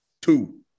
two